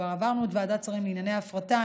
כבר עברנו את ועדת שרים לענייני הפרטה,